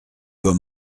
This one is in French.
doit